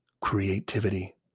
Creativity